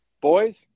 boys